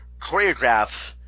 choreograph